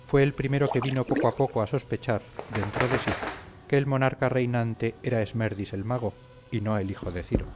fue el primero que vino poco a poco a sospechar dentro de si que el monarca reinante era esmerdis el mago y no el hijo de ciro